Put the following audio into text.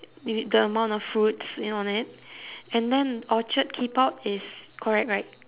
the amount of fruits you know on it and then orchard keep out is correct right